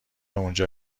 اونجا